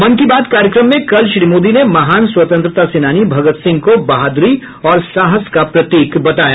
मन की बात कार्यक्रम में कल श्री मोदी ने महान स्वतंत्रता सेनानी भगत सिंह को बहादुरी और साहस का प्रतीक बताया